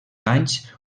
anys